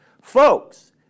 Folks